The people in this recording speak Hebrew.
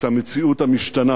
את המציאות המשתנה.